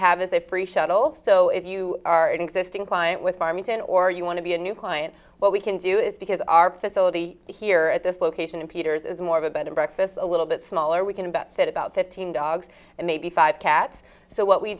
have is a free shuttle so if you are an existing client with farmington or you want to be a new client what we can do is because our facility here at this location in peter's is more of a bed and breakfast a little bit smaller we can bet said about fifteen dogs and maybe five cats so what we